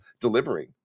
delivering